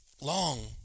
long